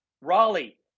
Raleigh